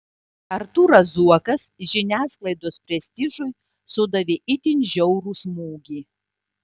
artūras zuokas žiniasklaidos prestižui sudavė itin žiaurų smūgį